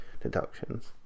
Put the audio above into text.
deductions